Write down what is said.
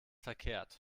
verkehrt